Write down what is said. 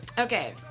Okay